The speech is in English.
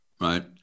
Right